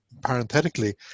parenthetically